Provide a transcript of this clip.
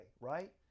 right